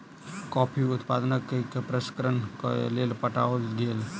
coffee उत्पादन कय के प्रसंस्करण के लेल पठाओल गेल